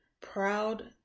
proud